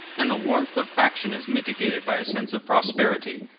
and the warmth of faction is mitigated by a sense of prosperity.